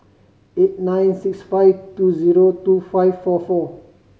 eight nine six five two zero two five four four